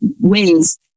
ways